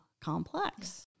complex